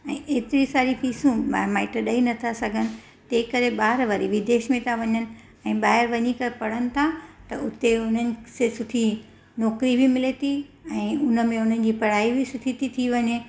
ऐं एतिरी सारी फीसूं ॿार माइट ॾेइ नथा सघनि ते करे ॿार वरी विदेश में था वञनि ऐं ॿाहिरि वञी करे पढ़नि था त उते उन्हनि से सुठी नौकरी बि मिले थी ऐं उनमें उन्हनि जी पढ़ाई बि सुठी थी थी वञे